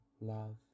love